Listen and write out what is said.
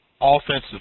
offensive